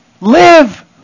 live